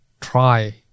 try